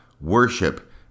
worship